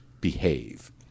behave